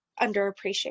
underappreciated